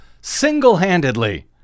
Single-handedly